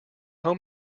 home